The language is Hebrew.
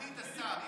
עובדתית, השר,